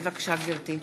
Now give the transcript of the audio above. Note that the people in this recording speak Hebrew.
מצביעה